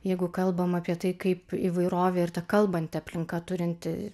jeigu kalbam apie tai kaip įvairovė ir ta kalbanti aplinka turinti